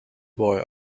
boy